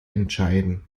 entscheiden